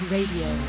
Radio